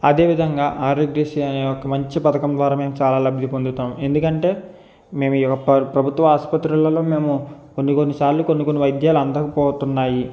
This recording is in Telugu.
అదే విధంగా ఆరోగ్యశ్రీ అనే ఒక మంచి పథకం ద్వారా మేము చాలా లబ్ది పొందుతాం ఎందుకంటే మేము ఈ యొక్క ప్రభుత్వ ఆసుపత్రులలో మేము కొన్ని కొన్ని సార్లు కొన్ని కొన్ని వైద్యాలు అందకపోతున్నాయి